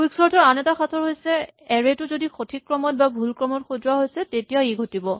quicksort ৰ আন এটা সাঁথৰ হৈছে এৰে টো যদি সঠিক ক্ৰমত বা ভুল ক্ৰমত সজোৱা হৈছে তেতিয়া ই ঘটিব